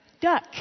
Duck